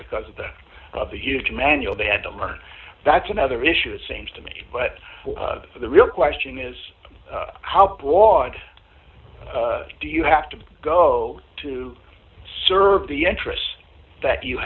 because of the of the huge manual they had to learn that's another issue it seems to me but the real question is how broad do you have to go to serve the interests that you